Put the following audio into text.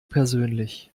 persönlich